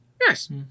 Yes